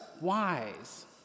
wise